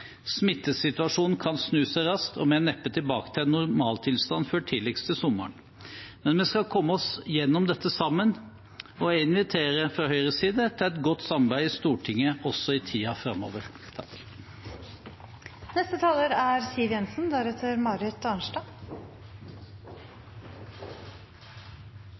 Smittesituasjonen kan snu raskt, og vi er neppe tilbake til en normaltilstand før tidligst til sommeren. Men vi skal komme oss gjennom dette sammen, og jeg inviterer fra Høyres side til et godt samarbeid i Stortinget også i tiden framover.